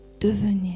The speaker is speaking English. devenir